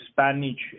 Spanish